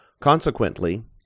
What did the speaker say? Consequently